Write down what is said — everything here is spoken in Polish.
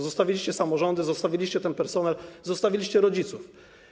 Zostawiliście samorządy, zostawiliście ten personel, zostawiliście rodziców.